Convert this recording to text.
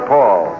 Paul